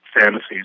fantasies